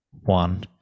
one